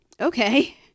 okay